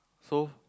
so